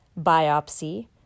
Biopsy